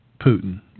Putin